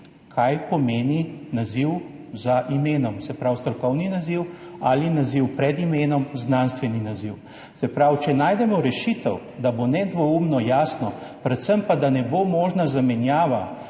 kaj pomeni naziv za imenom, se pravi strokovni naziv ali naziv pred imenom, znanstveni naziv. Se pravi, če najdemo rešitev, da bo nedvoumno jasno, predvsem pa, da ne bo možna zamenjava,